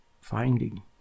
finding